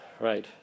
Right